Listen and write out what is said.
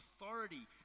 authority